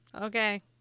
Okay